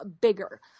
bigger